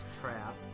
trap